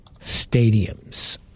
stadiums